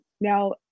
Now